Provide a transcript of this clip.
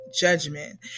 judgment